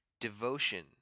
devotion